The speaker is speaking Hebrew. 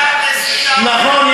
נכון,